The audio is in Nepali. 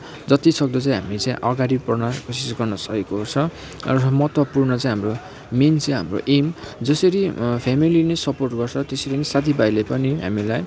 जति सक्दो चाहिँ हामी चाहिँ अगाडि बढ्न कोसिस गर्नु सकेको पर्छ र महत्त्वपुर्ण चाहिँ हाम्रो मेन चाहिँ हाम्रो एम जसरी फेमिलिले नै सपोर्ट गर्छ त्यसरी नै साथीभाइले पनि हामीलाई